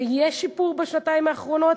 יש שיפור בשנתיים האחרונות,